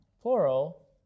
plural